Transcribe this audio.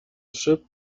ship